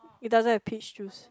it doesn't have peach juice